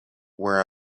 where